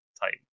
type